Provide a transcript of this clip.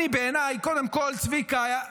בעיניי, צביקה,